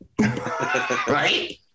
right